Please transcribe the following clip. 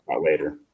later